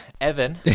Evan